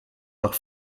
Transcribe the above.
auch